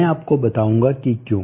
मैं आपको बताऊंगा की क्यों